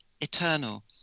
eternal